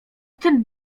ten